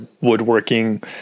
woodworking